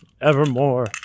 evermore